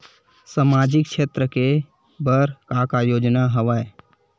सामाजिक क्षेत्र के बर का का योजना हवय?